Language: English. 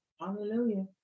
Hallelujah